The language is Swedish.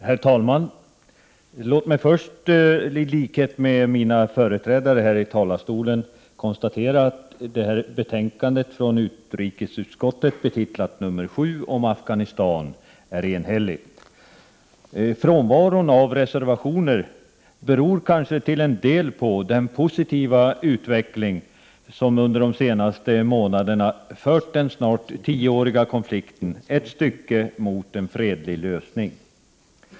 Herr talman! Låt mig först i likhet med mina företrädare i talarstolen konstatera att utrikesutskottets betänkande 7 om Afghanistan är enhälligt. Frånvaron av reservationer beror kanske till en del på den positiva utveckling som under de senaste månaderna fört den snart tioåriga konflikten ett stycke mot en fredlig lösning.